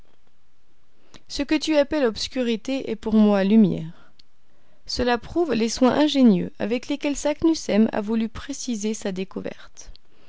ce que tu appelles obscurité est pour moi lumière cela prouve les soins ingénieux avec lesquels saknussemm a voulu préciser sa découverte